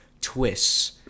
twists